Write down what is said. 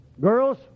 Girls